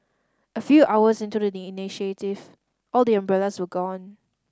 a few hours into the initiative all the umbrellas were gone